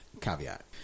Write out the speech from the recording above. caveat